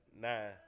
nine